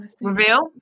Reveal